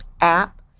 app